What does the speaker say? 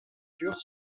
dure